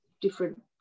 different